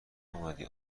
اومدی